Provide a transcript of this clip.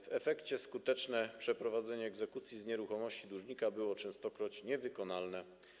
W efekcie skuteczne przeprowadzenie egzekucji z nieruchomości dłużnika było częstokroć niewykonalne.